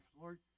Lord